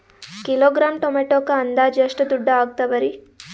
Kilogram ಟೊಮೆಟೊಕ್ಕ ಅಂದಾಜ್ ಎಷ್ಟ ದುಡ್ಡ ಅಗತವರಿ?